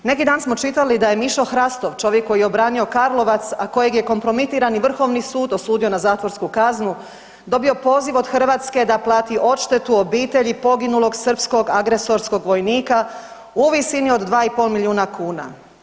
Neki dan smo čitali da je Mišo Hrastov, čovjek koji je obranio Karlovac a kojega je kompromitirani Vrhovni sud osudio na zatvorsku kaznu, dobio poziv od Hrvatske da plati odštetu obitelji poginulog srpskog agresorskog vojnika u visini od dva i pol milijuna kuna.